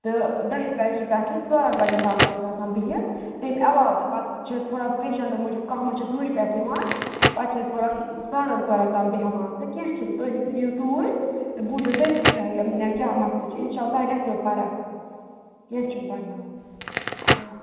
تہٕ دَہہِ بَجہِ پٮ۪ٹھٕ ژورَن بَجن تام چھِ أسۍ آسان بِہِتھ تَمہِ علاوٕ تہِ پَتہٕ چھِ تھوڑا پیشَنٹو موٗجوٗب کانٛہہ ما چھِ دوٗرِ پٮ۪ٹھ یِوان پَتہٕ چھِ أسۍ تھوڑا ساڑَن ژورَن تام بیٚہوان تہٕ کیٚنٛہہ چھُنہٕ تُہۍ یِیِو توٗرۍ تہٕ بہٕ وُچھو تٔتی تۄہہِ کیٛاہ مَسلہٕ چھِ اِنشاء اللہ تۄہہِ گژھیو فرق کیٚنٛہہ چھُنہٕ پَرواے